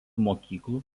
mokyklų